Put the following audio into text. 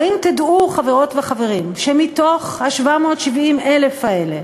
והאם תדעו, חברות וחברים, שמ-770,000 האלה